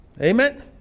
Amen